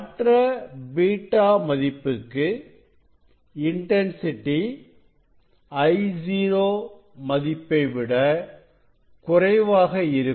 மற்ற β மதிப்புக்கு intensity Io மதிப்பைவிட குறைவாக இருக்கும்